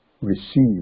receive